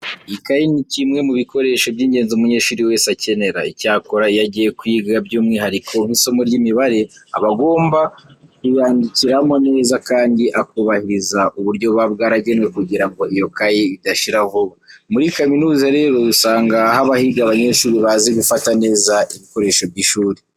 Ikayi ni kimwe mu bikoresho by'ingenzi umunyeshuri wese akenera. Icyakora iyo agiye kwiga by'umwihariko nk'isomo ry'imibare, aba agomba kuyandikiramo neza kandi akubahiriza uburyo buba bwaragenwe kugira ngo iyo kayi idashira vuba. Muri kaminuza rero usanga haba higa abanyeshuri bazi gufata neza ibikoresho by'ishuri.